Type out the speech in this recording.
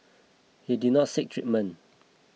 he did not seek treatment